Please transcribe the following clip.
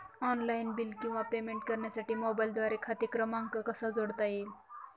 Online bill किंवा payment करण्यासाठी मोबाईलद्वारे खाते क्रमांक कसा जोडता येईल?